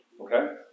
Okay